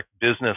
business